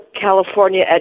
California